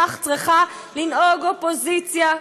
כך צריכה לנהוג אופוזיציה.